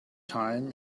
time